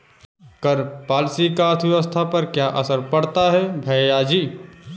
कर पॉलिसी का अर्थव्यवस्था पर क्या असर पड़ता है, भैयाजी?